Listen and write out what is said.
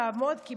לעמוד בזה,